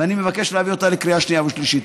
ואני מבקש להביא אותה לקריאה שנייה ושלישית.